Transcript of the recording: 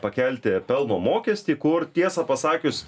pakelti pelno mokestį kur tiesą pasakius